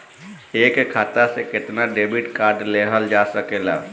एक खाता से केतना डेबिट कार्ड लेहल जा सकेला?